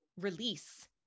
release